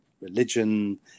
religion